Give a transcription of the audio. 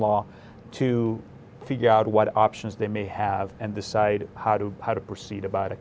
law to figure out what options they may have and decide how to how to proceed about